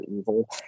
evil